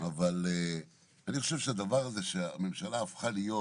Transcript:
זה גרם לאי ספיגה.